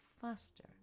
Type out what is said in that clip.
faster